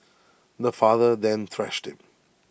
the father then thrashed him